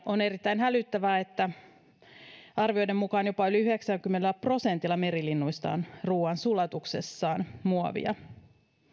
on erittäin hälyttävää että arvioiden mukaan jopa yli yhdeksälläkymmenellä prosentilla merilinnuista on ruuansulatuksessaan muovia